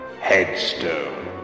Headstone